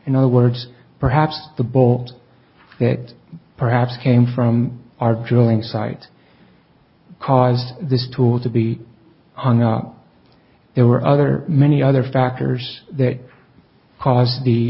in other words perhaps the bold that perhaps came from our drilling sites cause the store to be hung up there were other many other factors that cause the